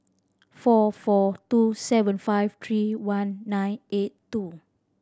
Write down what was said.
four four two seven five three one nine eight two